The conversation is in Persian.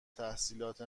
تحصیلات